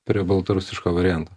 prie baltarusiško varianto